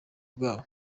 bwabo